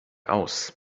aus